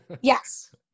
Yes